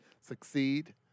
succeed